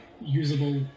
usable